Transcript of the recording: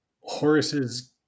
Horace's